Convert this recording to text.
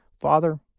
Father